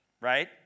right